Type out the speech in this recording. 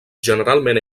generalment